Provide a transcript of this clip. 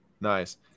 Nice